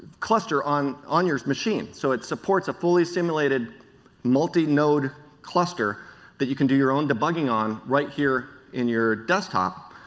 cluster on on your machine. so it supports a fully simulated multinode cluster that you can do your own debugging on right here in your desk top.